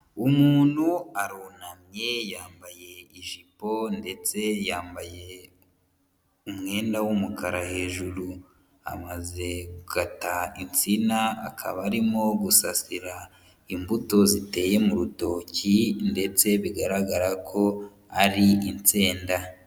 Umuntu arunamye yambaye ijipo ndetse yambaye umwenda w'umukara hejuru, amaze gukata insina akaba arimo gusasira imbuto ziteye mu rutoki, ndetse bigaragara ko ari insenda.